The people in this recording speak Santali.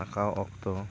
ᱟᱸᱠᱟᱣ ᱚᱠᱛᱚ